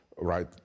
right